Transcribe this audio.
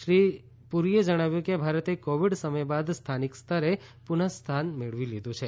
શ્રી પુરીએ જણાવ્યું કે ભારતે કોવિડ સમય બાદ સ્થાનિક સ્તરે પુન સ્થાન મેળવી લીધું છે